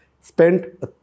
spent